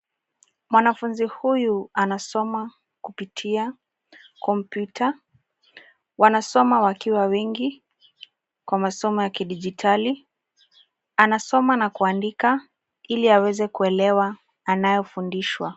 Mwanafunzi huyu anasoma kupitia kompyuta. Wanasoma wakiwa wengi kwa masomo ya kidijitali. Anasoma na kuandika ili aweze kuelewa anayofundishwa.